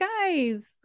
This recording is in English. guys